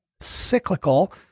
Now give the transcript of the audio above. cyclical